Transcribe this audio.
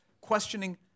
questioning